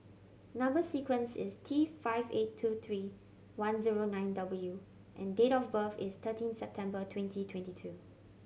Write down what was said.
number sequence is T five eight two three one zero nine W and date of birth is thirteen September twenty twenty two